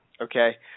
Okay